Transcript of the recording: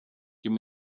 give